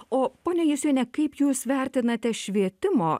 o ponia jusiene kaip jūs vertinate švietimo